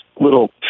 little